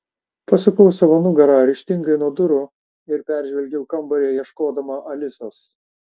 pasukau savo nugarą ryžtingai nuo durų ir peržvelgiau kambarį ieškodama alisos